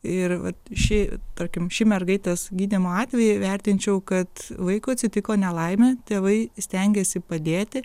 ir vat ši tarkim šį mergaitės gydymo atvejį vertinčiau kad vaikui atsitiko nelaimė tėvai stengėsi padėti